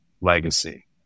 legacy